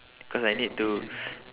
cause I need to